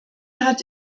hat